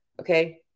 Okay